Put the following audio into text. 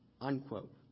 Unquote